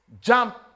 Jump